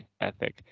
ethic